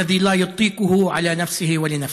שכן אינו נוהג בהם כלפי עצמו ובעצמו.